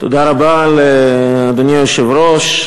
תודה רבה לאדוני היושב-ראש,